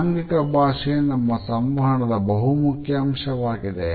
ಆಂಗಿಕ ಭಾಷೆ ನಮ್ಮ ಸಂವಹನದ ಬಹುಮುಖ್ಯ ಅಂಶವಾಗಿದೆ